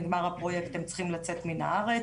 נגמר הפרוייקט, הם צריכים לצאת מן הארץ.